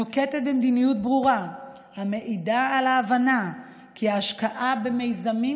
נוקטת מדיניות ברורה המעידה על ההבנה כי ההשקעה במיזמים